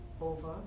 over